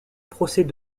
procès